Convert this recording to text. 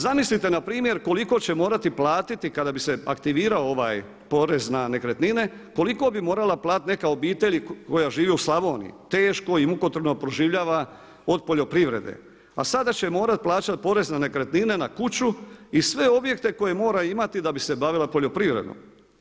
Zamislite npr. koliko će morati platiti kada bi se aktivirao ovaj porez na nekretnine, koliko bi morala platiti neka obitelj koja živi u Slavoniji, teško i mukotrpno proživljava od poljoprivrede a sada će morati plaćati porez na nekretnine na kuću i sve objekte koje mora imati da bi se bavila poljoprivredom.